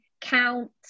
Count